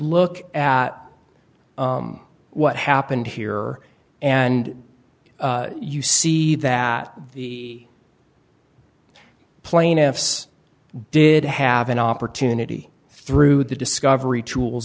look at what happened here and you see that the plaintiffs did have an opportunity through the discovery tools